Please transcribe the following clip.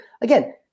again